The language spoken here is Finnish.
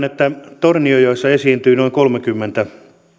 että tornionjoessa esiintyy noin kolmekymmentä